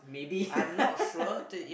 maybe